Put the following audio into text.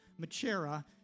machera